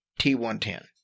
T110